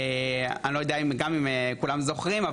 ואני לא יודע אם כולם זוכרים,